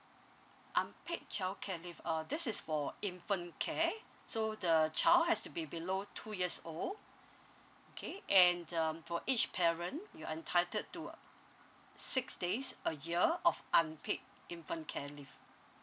unpaid childcare leave uh this is for infant care so the child has to be below two years old okay and um for each parent you're entitled to uh six days a year of unpaid infant care leave